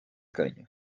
cariño